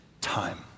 time